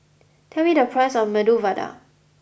tell me the price of Medu Vada